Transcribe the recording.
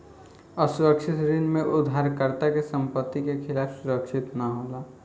असुरक्षित ऋण में उधारकर्ता के संपत्ति के खिलाफ सुरक्षित ना होला